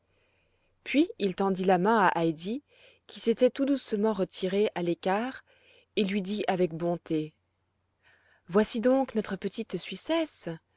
puis il tendit la main à heidi qui s'était tout doucement retirée à l'écart et lui dit avec bonté voici donc notre petite suissesse